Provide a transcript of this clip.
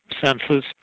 senses